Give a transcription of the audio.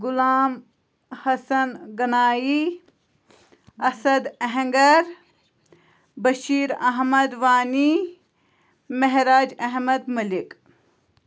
Ghulam Hassan Ganai Asad Ahanger Bashir Ahmad Wani Mehraj Ahmad Malik